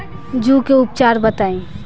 जूं के उपचार बताई?